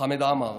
חמד עמאר,